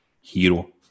Hero